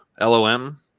lom